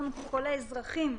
אנחנו קול האזרחים,